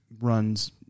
runs